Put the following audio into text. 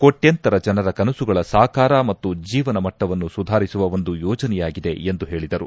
ಕೋಟ್ಯಂತರ ಜನರ ಕನಸುಗಳ ಸಾಕಾರ ಮತ್ತು ಜೀವನ ಮಟ್ಟವನ್ನು ಸುಧಾರಿಸುವ ಒಂದು ಯೋಜನೆಯಾಗಿದೆ ಎಂದು ಹೇಳಿದರು